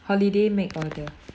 holiday make order